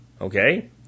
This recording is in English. okay